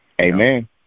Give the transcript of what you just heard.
Amen